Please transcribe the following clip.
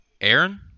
Aaron